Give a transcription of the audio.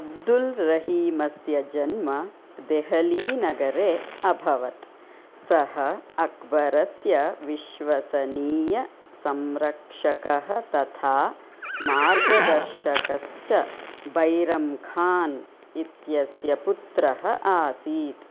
अब्दुल् रहीमस्य जन्म देहली नगरे अभवत् सः अक्बरस्य विश्वसनीय संरक्षकः तथा मार्गदर्शकश्च बैरं खान् इत्यस्य पुत्रः आसीत्